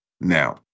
Now